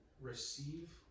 receive